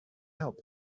help